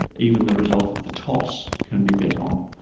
even the result of the toss can be bet on.